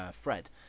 fred